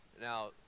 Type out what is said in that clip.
Now